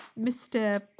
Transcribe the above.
mr